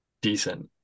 decent